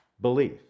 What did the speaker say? belief